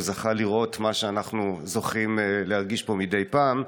והוא זכה לראות מה שאנחנו זוכים להרגיש פה מדי פעם.